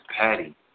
patty